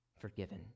forgiven